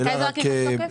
ממתי זה ייכנס לתוקף?